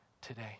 today